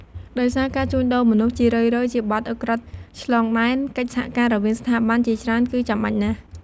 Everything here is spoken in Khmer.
ដោយសារការជួញដូរមនុស្សជារឿយៗជាបទឧក្រិដ្ឋឆ្លងដែន កិច្ចសហការរវាងស្ថាប័នជាច្រើនគឺចាំបាច់ណាស់។